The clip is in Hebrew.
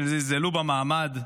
שזלזלו במעמד,